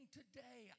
today